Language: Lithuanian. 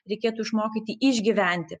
reikėtų išmokyti išgyventi